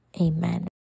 amen